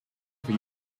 for